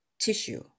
tissue